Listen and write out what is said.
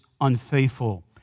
unfaithful